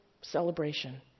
celebration